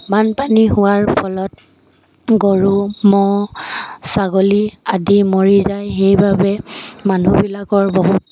বানপানী হোৱাৰ ফলত গৰু ম'হ ছাগলী আদি মৰি যায় সেইবাবে মানুহবিলাকৰ বহুত